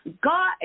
God